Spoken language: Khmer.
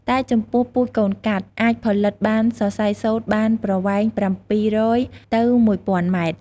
តែចំពោះពូជកូនកាត់ អាចផលិតបានសរសៃសូត្របានប្រវែង៧០០ ទៅ១ ០០០ម៉ែត្រ។